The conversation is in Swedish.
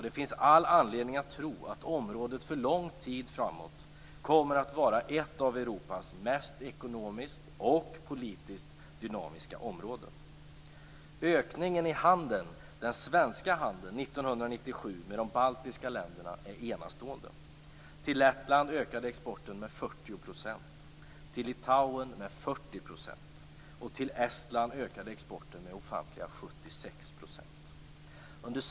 Det finns all anledning att tro att området för lång tid framåt kommer att vara ett av Europas mest ekonomiskt och politiskt dynamiska områden. Ökningen 1997 i den svenska handeln med de baltiska länderna är enastående. Till Lettland ökade exporten med 40 %. Till Litauen ökade den likaså med 40 %. Till Estland ökade exporten med ofantliga 76 %.